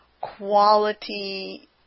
Quality